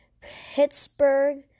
Pittsburgh